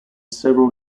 several